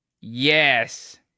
Yes